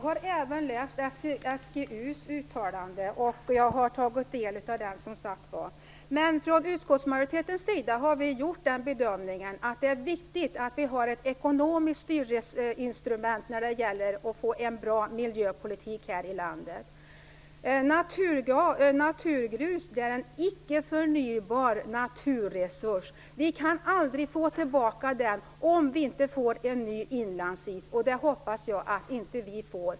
Herr talman! Jag har även läst SGU:s uttalande. Men vi från utskottsmajoriteten har gjort den bedömningen att det är viktigt att vi har ett ekonomiskt styrinstrument när det gäller att få en bra miljöpolitik här i landet. Naturgrus är en icke förnybar naturresurs. Vi kan aldrig få tillbaka den, om vi inte får en ny inlandsis, och det hoppas jag att vi inte får.